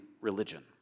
religion